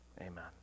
Amen